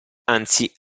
anzi